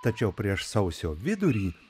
tačiau prieš sausio vidurį